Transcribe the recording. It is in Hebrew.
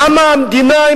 למה המדינה,